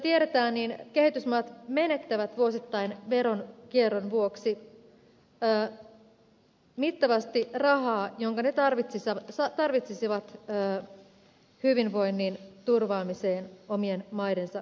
kuten tiedetään kehitysmaat menettävät vuosittain veronkierron vuoksi mittavasti rahaa jonka ne tarvitsisivat hyvinvoinnin turvaamiseen omien maidensa kansalaisille